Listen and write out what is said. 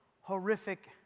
horrific